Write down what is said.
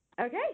Okay